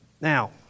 Now